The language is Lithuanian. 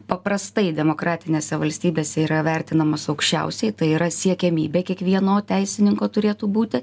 paprastai demokratinėse valstybėse yra vertinamos aukščiausiai tai yra siekiamybė kiekvieno teisininko turėtų būti